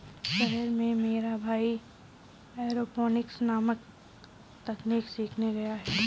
शहर में मेरा भाई एरोपोनिक्स नामक तकनीक सीखने गया है